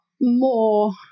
more